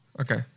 Okay